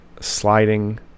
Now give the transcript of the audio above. sliding